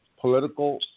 political